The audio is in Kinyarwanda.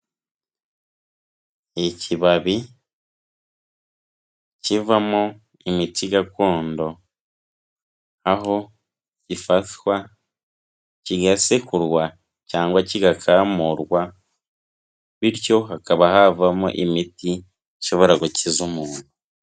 Ikibabi kivamo imiti gakondo aho gifatwa kigasekurwa cyangwa kigakamurwa bityo hakaba havamo imiti, ishobora gukiza umuntu.